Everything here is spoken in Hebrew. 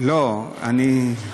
לא, אני,